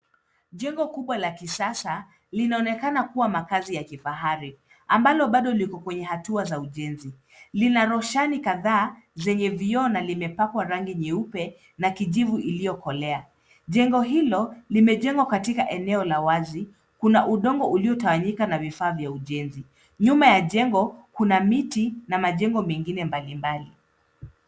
Jengo kubwa la kisasa linaonekana kuwa makazi ya kifahari ambalo bado liko kwenye hatua za ujenzi. Lina roshani kadhaa zenye vioo na limepakwa rangi nyeupe na kijivu iliyo kolea. Jengo hilo limejengwa katika eneo la wazi. Kuna udongo uliotawanyika na vifaa vya ujenzi. Nyuma ya jengo kuna miti na majengo mengine mbalimbali.